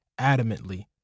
adamantly